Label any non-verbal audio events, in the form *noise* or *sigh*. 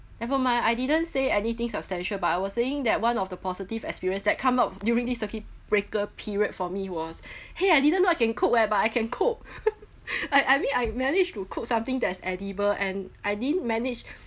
never mind I didn't say anything substantial but I was saying that one of the positive experience that come up during this circuit breaker period for me was !hey! I didn't know I can cook whereby I can cook *laughs* I I mean I managed to cook something that is edible and I didn't manage